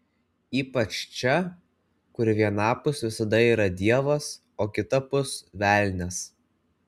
ypač čia kur vienapus visada yra dievas o kitapus velnias